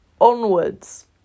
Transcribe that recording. onwards